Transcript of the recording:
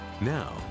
Now